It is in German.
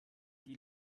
die